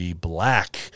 black